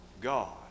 God